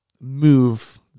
move